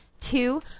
two